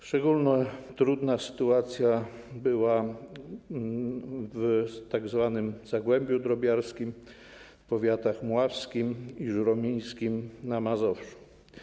Szczególnie trudna sytuacja była w tzw. zagłębiu drobiarskim, w powiatach mławskim i żuromińskim na Mazowszu.